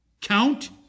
count